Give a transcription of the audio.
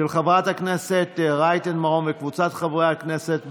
של חברת הכנסת רייטן מרום וקבוצת חברי הכנסת,